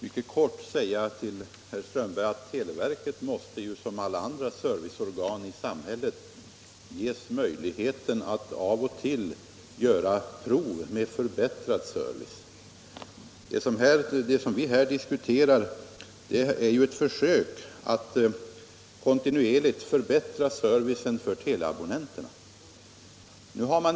Herr talman! Televerket måste ju som alla andra serviceorgan i samhället ges möjlighet att av och till göra prov med förbättrad service. Den verksamhet som vi diskuterar är ett försök att kontinuerligt förbättra servicen för teleabonnenterna.